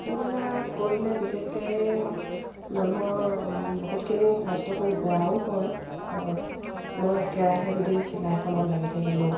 এইবিলাক কৰিলে বিশেষকৈ মানুহৰ বহুতখিনি স্বাস্থ্যটো বেয়াও হয় কাৰণ মই একেৰাহে যদি চিলাই কামত লাগি থাকিলোঁ